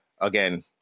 again